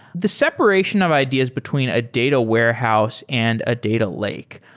the separation of ideas between a data warehouse and a data lake.